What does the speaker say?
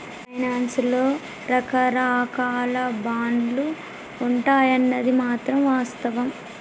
finance లో రకరాకాల బాండ్లు ఉంటాయన్నది మాత్రం వాస్తవం